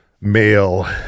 male